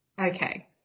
Okay